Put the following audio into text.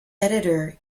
editor